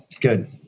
good